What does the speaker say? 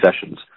Sessions